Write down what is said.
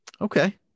Okay